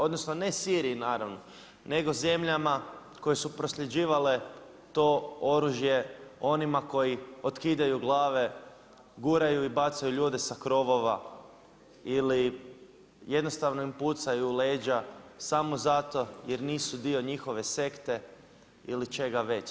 Odnosno ne Siriji naravno nego zemljama koje su prosljeđivale to oružje onima koji otkidaju glave, guraju i bacaju ljude sa krovova ili jednostavno im pucaju u leđa samo zato jer nisu dio njihove sekte ili čega već.